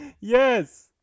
yes